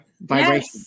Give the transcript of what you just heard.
Vibration